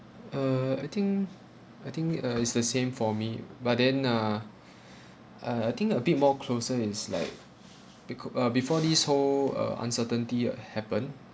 uh I think I think uh it's the same for me but then ah uh I think a bit more closer is like beca~ uh before this whole uh uncertainty uh happen